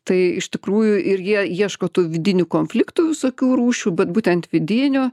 tai iš tikrųjų ir jie ieško tų vidinių konfliktų visokių rūšių vat būtent vidinių